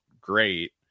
great